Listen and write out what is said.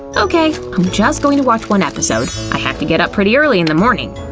okay, i'm just going to watch one episode, i have to get up pretty early in the morning.